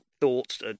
thoughts